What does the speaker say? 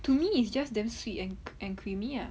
to me it's just damn sweet and creamy ah